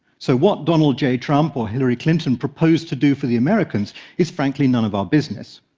so what donald j. trump or hillary clinton proposed to do for the americans is frankly none of our business.